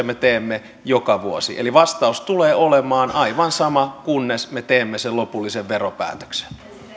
me teemme joka vuosi eli vastaus tulee olemaan aivan sama kunnes me teemme sen lopullisen veropäätöksen